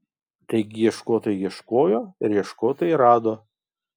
taigi ieškotojai ieškojo ir ieškotojai rado